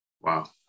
Wow